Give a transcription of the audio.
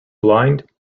blind